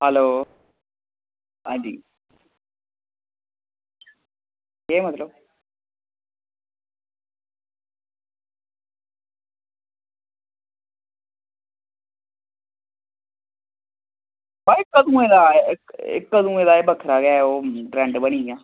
hello हां जी केह् मतलव कदुआं दा एह् बक्खरा गै ट्रैंड बनी आ